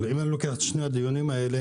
אבל אם אני לוקח את שני הדיונים האלה